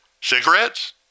Cigarettes